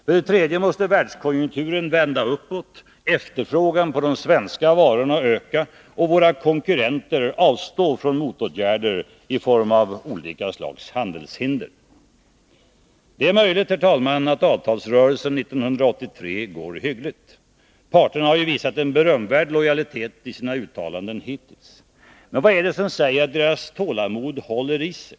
För det tredje måste världskonjunkturen vända uppåt, efterfrågan på de svenska varorna öka och våra konkurrenter avstå från motåtgärder i form av olika slags handelshinder. Det är möjligt att avtalsrörelsen 1983 går hyggligt. Parterna har ju visat en berömvärd lojalitet i sina uttalanden hittills. Men vad är det som säger att deras tålamod håller i sig?